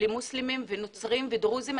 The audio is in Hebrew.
למוסלמים ונוצרים ודרוזים.